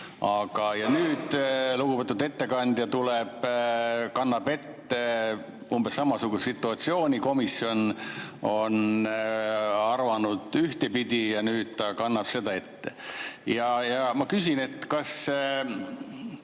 Aga nüüd lugupeetud ettekandja tuleb, kannab ette umbes samasugust situatsiooni. Komisjon on arvanud ühtpidi ja nüüd ta kannab seda ette. Ja ma küsin, kas